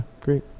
great